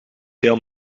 veel